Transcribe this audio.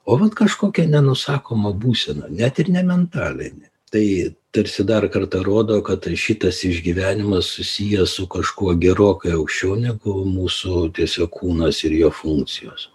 o vat kažkokia nenusakoma būsena net ir ne mentalinė tai tarsi dar kartą rodo kad šitas išgyvenimas susijęs su kažkuo gerokai aukščiau negu mūsų tiesiog kūnas ir jo funkcijos